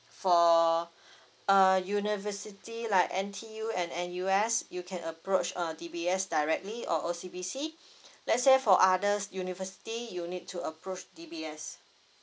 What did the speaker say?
for uh university like N_T_U and N_U_S you can approach uh D_B_S directly or O_C_B_C let's say for others university you need to approach D_B_S